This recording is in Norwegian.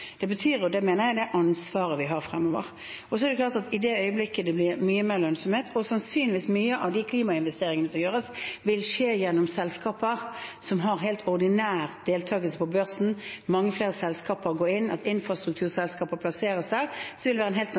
Det mener jeg er det ansvaret vi har fremover. Det er klart at i det øyeblikket det blir mye mer lønnsomhet, vil sannsynligvis mange av de klimainvesteringene som gjøres, skje gjennom selskaper som har helt ordinær deltagelse på børsen. At mange flere selskaper går inn, at infrastrukturselskaper plasseres der vil være en helt